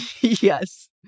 Yes